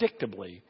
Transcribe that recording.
predictably